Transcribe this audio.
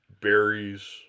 berries